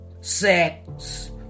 sex